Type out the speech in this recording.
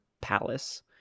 palace